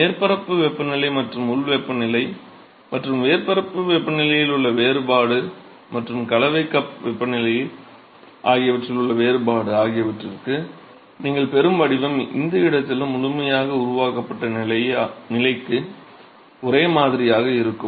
மேற்பரப்பு வெப்பநிலை மற்றும் உள் வெப்பநிலை மற்றும் மேற்பரப்பு வெப்பநிலையில் உள்ள வேறுபாடு மற்றும் கலவை கப் வெப்பநிலை ஆகியவற்றில் உள்ள வேறுபாடு ஆகியவற்றிற்கு நீங்கள் பெறும் வடிவம் எந்த இடத்திலும் முழுமையாக உருவாக்கப்பட்ட நிலைக்கு ஒரே மாதிரியாக இருக்கும்